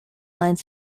line